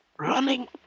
Running